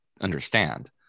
understand